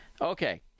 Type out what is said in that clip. Okay